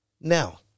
now